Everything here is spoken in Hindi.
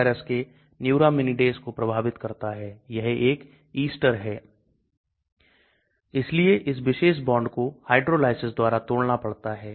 ऐसे कई उदाहरण हैं जहां जब हम दवा का निर्माण करते हैं तो वे एक और कंपाउंड जोड़ते हैं जो क्रिस्टलीकरण को रोक देता है और इसलिए क्रिस्टल संरचना का निर्माण होता है